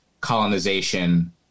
colonization